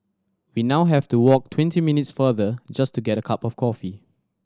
we now have to walk twenty minutes farther just to get a cup of coffee